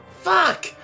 Fuck